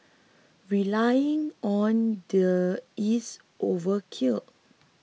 relying on the is overkill